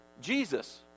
Jesus